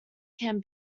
can